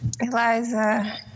Eliza